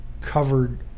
covered